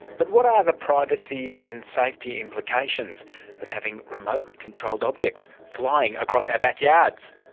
but what are the privacy and safety implications of having remotely controlled objects flying across our backyards?